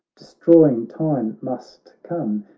destroying time must come,